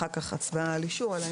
אחר-כך הצבעה על אישור.